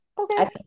Okay